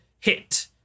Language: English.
hit